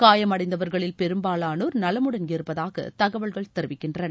காயமடைந்தவர்களில் பெரும்பாலானோர் நலமுடன் இருப்பதாக தகவல்கள் தெரிவிக்கின்றன